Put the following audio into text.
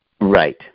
right